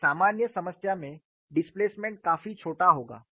एक सामान्य समस्या में डिस्प्लेसमेंट काफी छोटा होगा